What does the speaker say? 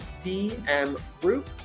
dmgroup